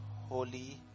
Holy